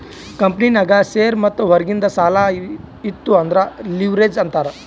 ಕಂಪನಿನಾಗ್ ಶೇರ್ ಮತ್ತ ಹೊರಗಿಂದ್ ಸಾಲಾ ಇತ್ತು ಅಂದುರ್ ಲಿವ್ರೇಜ್ ಅಂತಾರ್